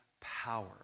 power